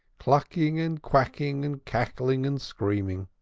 clucking and quacking and cackling and screaming.